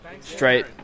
straight